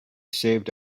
saved